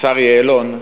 השר יעלון,